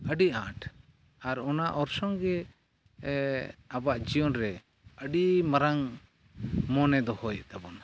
ᱟᱹᱰᱤ ᱟᱸᱴ ᱟᱨ ᱚᱱᱟ ᱚᱨᱥᱚᱝᱜᱮ ᱟᱵᱚᱣᱟᱜ ᱡᱤᱭᱚᱱᱨᱮ ᱟᱹᱰᱤᱢᱟᱨᱟᱝ ᱢᱚᱱᱮ ᱫᱚᱦᱚᱭᱮᱫ ᱛᱟᱵᱚᱱᱟ